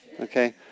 Okay